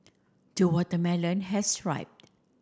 the watermelon has ripe